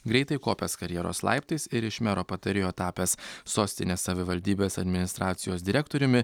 greitai kopęs karjeros laiptais ir iš mero patarėjo tapęs sostinės savivaldybės administracijos direktoriumi